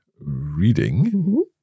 reading